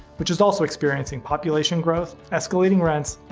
which is also experiencing population growth, escalating rents,